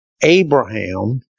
Abraham